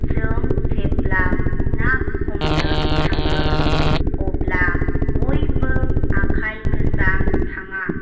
जों जेब्ला ना हमनो थाङो अब्ला बयबो आखाइ गोजा थाङा